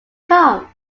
come